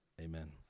Amen